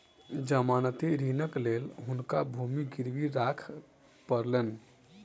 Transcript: जमानती ऋणक लेल हुनका भूमि गिरवी राख पड़लैन